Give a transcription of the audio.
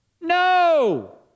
no